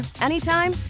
anytime